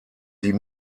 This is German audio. die